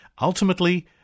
ultimately